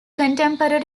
contemporary